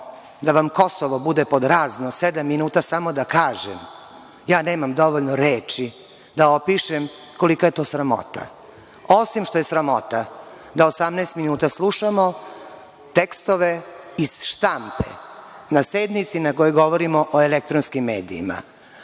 da vam Kosovo bude pod razno sedam minuta samo da kažem, ja nemam dovoljno reči da opišem kolika je to sramota, osim što je sramota da 18 minuta slušamo tekstove iz štampe na sednici na kojoj govorimo o elektronskim medijima.